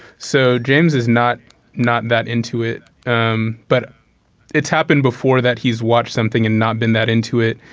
so james is not not that into it um but it's happened before that he's watched something and not been that into it.